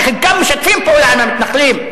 שחלקם משתפים פעולה עם המתנחלים.